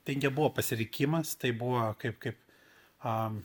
tai nebuvo pasirinkimas tai buvo kaip kaip a